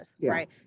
right